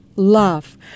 Love